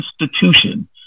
institution